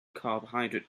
carbohydrate